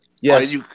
Yes